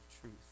truth